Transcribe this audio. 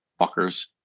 Fuckers